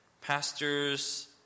Pastors